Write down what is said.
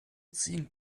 ziehen